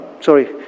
Sorry